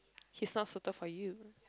he's not suited for you